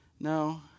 No